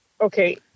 okay